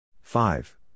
five